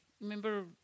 Remember